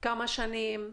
כמה שנים,